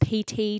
PT